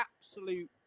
absolute